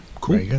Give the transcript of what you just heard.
Cool